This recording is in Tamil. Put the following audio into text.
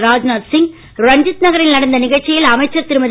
ராஜ்நாத்சிங் ரஞ்சித்நகரில்நடந்தநிகழ்ச்சியில்அமைச்சர்திருமதி